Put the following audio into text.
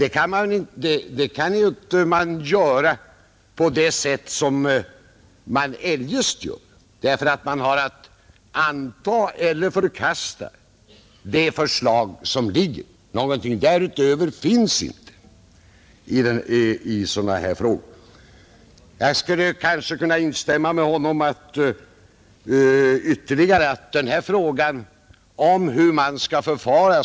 Detta kan man ju inte göra på samma sätt som man eljest gör, därför att man har att anta eller att förkasta det förslag som ligger — någon möjlighet därutöver ges inte i sådana här frågor. Jag skulle kanske kunna instämma med herr Ahlmark på ytterligare en punkt när det gäller hur man skall förfara.